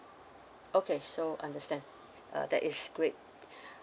okay so understand uh that is great